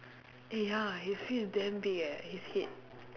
eh ya his face damn big eh his head